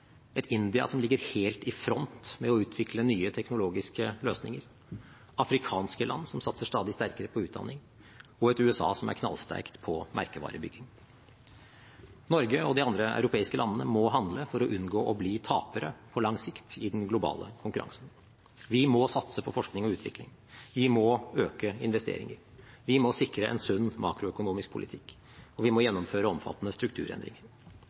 et India som ligger helt i front med å utvikle nye teknologiske løsninger, afrikanske land som satser stadig sterkere på utdanning, og et USA som er knallsterkt på merkevarebygging. Norge og de andre europeiske landene må handle for å unngå å bli tapere på lang sikt i den globale konkurransen. Vi må satse på forskning og utvikling, vi må øke investeringer, vi må sikre en sunn makroøkonomisk politikk, og vi må gjennomføre omfattende strukturendringer.